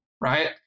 right